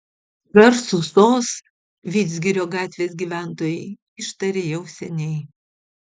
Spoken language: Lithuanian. garsų sos vidzgirio gatvės gyventojai ištarė jau seniai